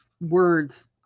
words